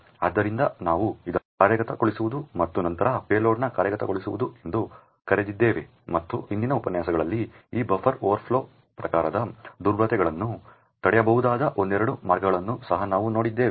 ಆದ್ದರಿಂದ ನಾವು ಇದನ್ನು ಮಾಡುವುದು ಮತ್ತು ನಂತರ ಪೇಲೋಡ್ನ ಬುಡಮೇಲು ಮಾಡುವುದು ಎಂದು ಕರೆದಿದ್ದೇವೆ ಮತ್ತು ಹಿಂದಿನ ಉಪನ್ಯಾಸಗಳಲ್ಲಿ ಈ ಬಫರ್ ಓವರ್ಫ್ಲೋ ಪ್ರಕಾರದ ದುರ್ಬಲತೆಗಳನ್ನು ತಡೆಯಬಹುದಾದ ಒಂದೆರಡು ಮಾರ್ಗಗಳನ್ನು ಸಹ ನಾವು ನೋಡಿದ್ದೇವೆ